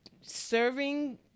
Serving